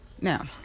Now